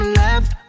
left